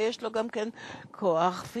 ויש לו גם כוח פיננסי.